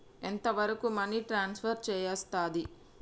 ఎంత వరకు money transfer చేయస్తది?